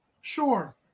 Sure